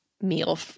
meal